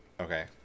Okay